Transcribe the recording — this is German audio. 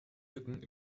lücken